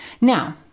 Now